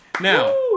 Now